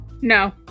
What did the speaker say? No